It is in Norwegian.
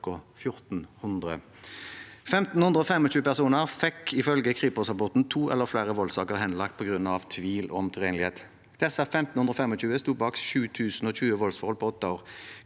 1 525 personer fikk ifølge kriposrapporten to eller flere voldssaker henlagt på grunn av tvil om tilregnelighet. Disse 1 525 sto bak 7 020 voldsforhold på åtte år.